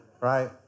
right